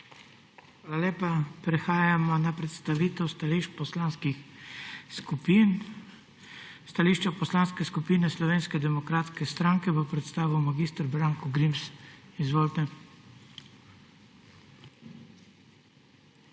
Hvala lepa. Prehajamo na predstavitev stališč poslanskih skupin. Stališče Poslanske skupine Slovenske demokratske stranke bo predstavil mag. Branko Grims. Izvolite.